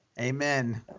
Amen